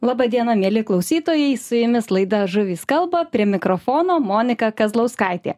laba diena mieli klausytojai su jumis laida žuvys kalba prie mikrofono monika kazlauskaitė